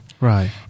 right